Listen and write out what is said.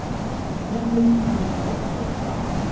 it's it's not going to be the first dollar.